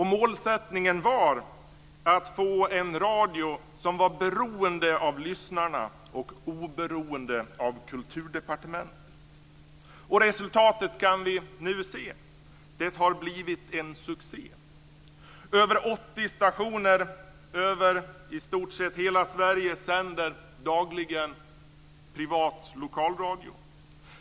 Målsättningen var att få en radio som var beroende av lyssnarna och oberoende av Kulturdepartementet. Resultatet kan vi nu se: Det har blivit en succé. Mer än 80 stationer över i stort sett hela Sverige sänder dagligen privat lokalradio.